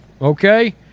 Okay